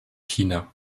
china